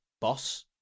boss